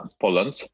Poland